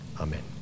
Amen